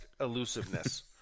Elusiveness